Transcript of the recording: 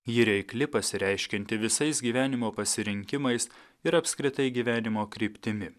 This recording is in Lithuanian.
ji reikli pasireiškianti visais gyvenimo pasirinkimais ir apskritai gyvenimo kryptimi